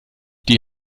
die